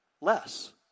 less